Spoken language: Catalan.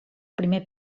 primer